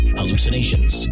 hallucinations